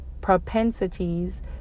propensities